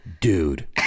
dude